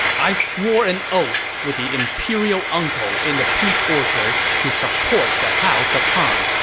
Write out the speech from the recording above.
i swore an oath with the imperial uncle in the peach orchard to support the house of han.